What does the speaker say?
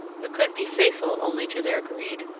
who could be faithful only to their greed,